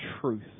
truth